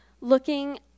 Looking